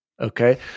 Okay